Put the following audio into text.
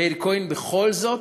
מאיר כהן בכל זאת